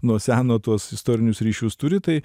nuo seno tuos istorinius ryšius turi tai